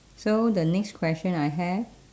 so the next question I have